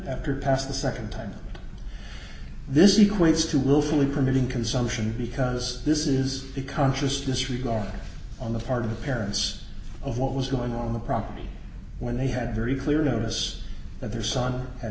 after passed the nd time this equates to willfully permitting consumption because this is a conscious disregard on the part of the parents of what was going on the property where they had very clear notice that their son